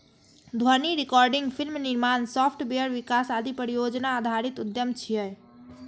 ध्वनि recording, film निर्माण, software विकास आदि परियोजना आधारित उद्यम छियै